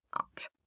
out